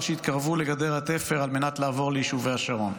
שהתקרבו לגדר התפר על מנת לעבור ליישובי השרון.